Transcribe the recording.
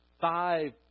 five